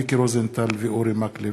מיקי רוזנטל ואורי מקלב.